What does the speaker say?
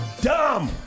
dumb